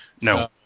No